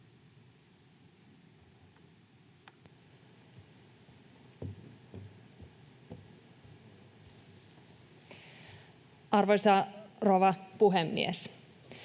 Arvoisa rouva puhemies!